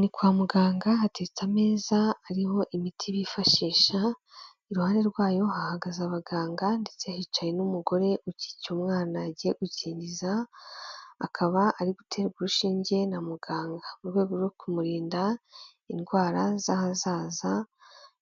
Ni kwa muganga hateretse ameza ariho imiti bifashisha, iruhande rwayo hahagaze abaganga ndetse hicaye n'umugore ukiki umwana agiye gukinriza, akaba ari guterwa urushinge na muganga mu rwego rwo kumurinda indwara z'ahazaza